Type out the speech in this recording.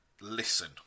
Listen